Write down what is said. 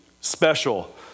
special